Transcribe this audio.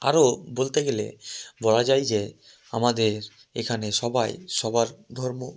আরও বলতে গেলে বলা যায় যে আমাদের এখানে সবাই সবার ধর্ম